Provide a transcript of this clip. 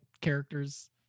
characters